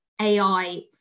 AI